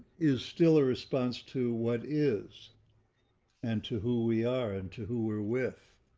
is still a response to what is and to who we are, and to who we're with.